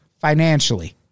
financially